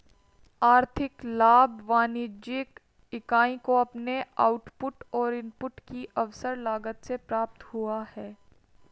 आर्थिक लाभ वाणिज्यिक इकाई को अपने आउटपुट और इनपुट की अवसर लागत से प्राप्त हुआ है